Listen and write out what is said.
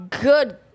Good